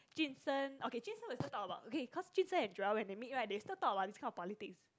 jun sheng okay jun sheng we still talk about okay because jun sheng and Joel when they meet right they still talk about this kind of politics